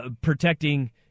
protecting